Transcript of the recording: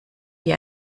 wie